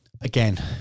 again